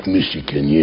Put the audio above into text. Michigan